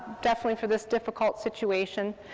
definitely for this difficult situation.